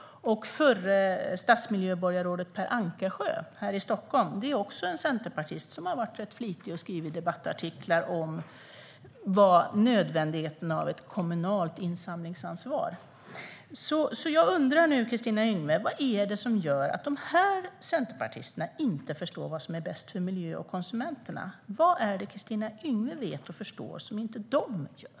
Och förre stadsmiljöborgarrådet Per Ankersjö här i Stockholm är också en centerpartist som har varit rätt flitig och skrivit debattartiklar om nödvändigheten av ett kommunalt insamlingsansvar. Jag undrar, Kristina Yngwe, vad det är som gör att de här centerpartisterna inte förstår vad som är bäst för miljön och konsumenterna. Vad är det Kristina Yngwe vet och förstår som inte de gör?